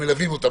שמלווים אותם,